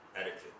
Etiquette